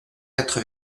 quatre